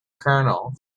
colonel